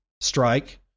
Strike